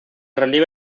relieve